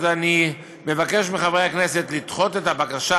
אני מבקש מחברי הכנסת לדחות את הבקשה,